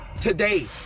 today